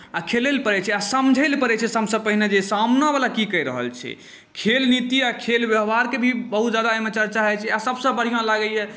आओर खेलैलए पड़ै छै समझैलए पड़ै छै सबसँ पहिने जे सामनेवला की कहि रहल छै खेल नीति आओर खेल व्यवहारके भी बहुत ज्यादा एहिमे चर्चा होइ छै सबसँ बढ़िआँ लागैए